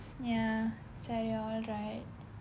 ya சரி:sari alright